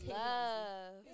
love